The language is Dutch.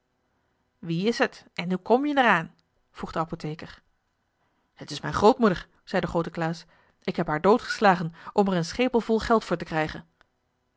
wie is het en hoe kom je er aan vroeg de apotheker het is mijn grootmoeder zei de groote klaas ik heb haar doodgeslagen om er een schepel vol geld voor te krijgen